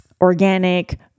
organic